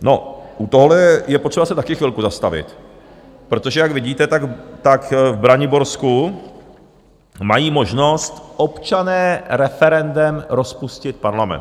U toho je potřeba se taky chvilku zastavit, protože jak vidíte, v Braniborsku mají možnost občané referendem rozpustit parlament.